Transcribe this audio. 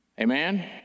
Amen